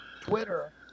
Twitter